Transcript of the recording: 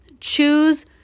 Choose